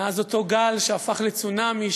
מאז אותו גל שהפך לצונאמי,